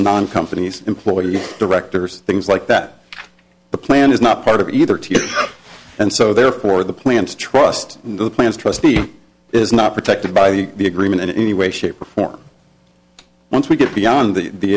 and on company's employees directors things like that the plan is not part of either team and so therefore the plan to trust the plans trust me is not protected by the agreement in any way shape or form once we get beyond the